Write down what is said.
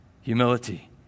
humility